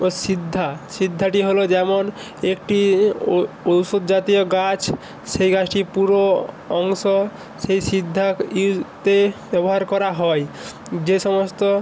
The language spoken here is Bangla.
ও সিদ্ধা সিদ্ধাটি হলো যেমন একটি ঔষুধ জাতীয় গাছ সেই গাছটির পুরো অংশ সেই সিদ্ধা ইতে ব্যবহার করা হয় যে সমস্ত